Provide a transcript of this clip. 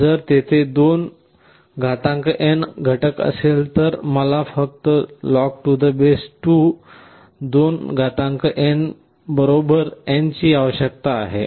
जर तेथे 2n घटक असेल तर मला log2 2n n ची आवश्यकता असेल